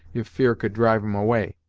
if fear could drive em away.